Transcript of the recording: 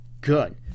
Good